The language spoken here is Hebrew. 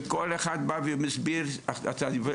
וכל אחד בא ומסביר שזה הצלת חיים.